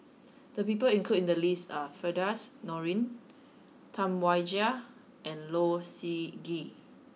the people included in the list are Firdaus Nordin Tam Wai Jia and Low Siew Nghee